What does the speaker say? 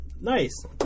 Nice